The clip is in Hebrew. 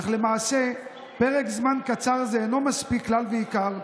אך למעשה פרק זמן קצר זה אינו מספיק כלל ועיקר,